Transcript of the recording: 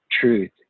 truth